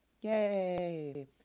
yay